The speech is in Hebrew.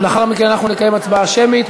ולאחר מכן נקיים הצבעה שמית,